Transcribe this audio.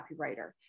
copywriter